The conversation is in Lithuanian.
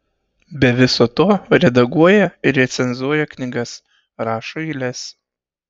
be viso to redaguoja ir recenzuoja knygas rašo eiles